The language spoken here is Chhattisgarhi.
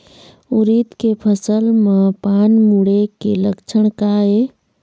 उरीद के फसल म पान मुड़े के लक्षण का ये?